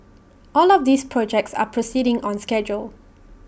all of these projects are proceeding on schedule